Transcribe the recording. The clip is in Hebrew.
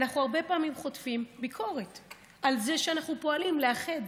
אנחנו הרבה פעמים חוטפים ביקורת על זה שאנחנו פועלים לאחד.